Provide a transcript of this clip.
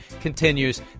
continues